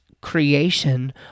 creation